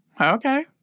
Okay